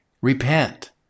Repent